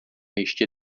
ještě